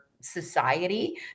society